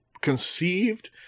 conceived